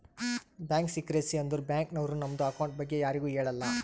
bank secrecy ಅಂದುರ್ bank ನವ್ರು ನಮ್ದು ಅಕೌಂಟ್ ಬಗ್ಗೆ ಯಾರಿಗು ಹೇಳಲ್ಲ